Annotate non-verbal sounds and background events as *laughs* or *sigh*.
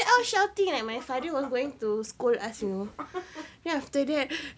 *laughs* *laughs*